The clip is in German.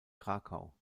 krakau